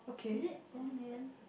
is it one million